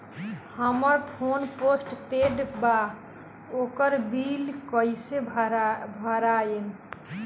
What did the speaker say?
हमार phone postpaid बा ओकर बिल कईसे भर पाएम?